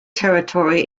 territory